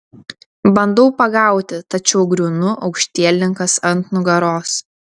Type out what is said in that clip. bandau pagauti tačiau griūnu aukštielninkas ant nugaros